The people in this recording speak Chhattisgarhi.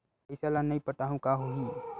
पईसा ल नई पटाहूँ का होही?